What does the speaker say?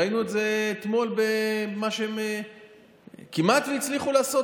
ראינו אתמול מה שהם כמעט הצליחו לעשות,